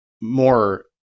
more